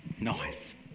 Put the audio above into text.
Nice